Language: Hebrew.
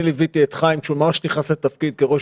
אני ליוויתי את חיים כשהוא ממש נכנס לתפקיד כראש